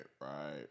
right